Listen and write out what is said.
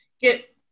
get